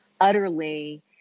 utterly